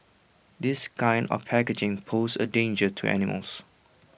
this kind of packaging pose A danger to animals